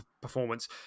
performance